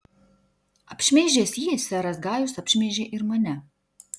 apšmeižęs jį seras gajus apšmeižė ir mane